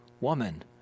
Woman